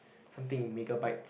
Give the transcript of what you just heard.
something in mega bytes